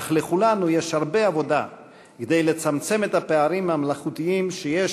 אך לכולנו יש הרבה עבודה כדי לצמצם את הפערים המלאכותיים שיש